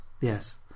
Yes